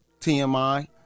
TMI